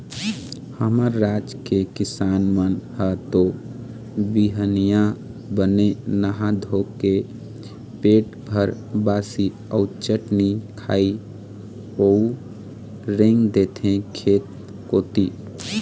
हमर राज के किसान मन ह तो बिहनिया बने नहा धोके पेट भर बासी अउ चटनी खाही अउ रेंग देथे खेत कोती